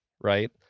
Right